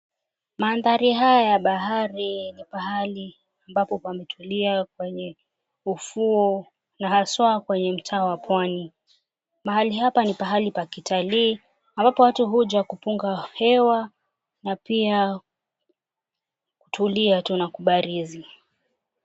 Mandhari haya ya bahari Iko pahali ambapo pametulia kwenye ufuo na haswa kwenye mtaa wa pwani. Mahali hapa ni mahali pa kitalii ambapo watu huja kupunga hewa na pia kutulia tu na kubarizi.